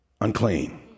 unclean